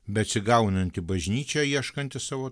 beatsigaunanti bažnyčia ieškanti savo